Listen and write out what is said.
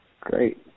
Great